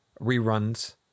reruns